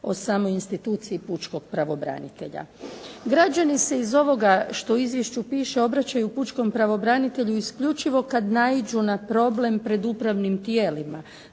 o samoj instituciji pučkog pravobranitelja. Građani se iz ovog što u izvješću piše obraćaju pučkom pravobranitelju isključivo kada naiđu na problem pred upravnim tijelima,